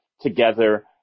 together